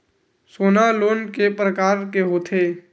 सोना लोन के प्रकार के होथे?